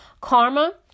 Karma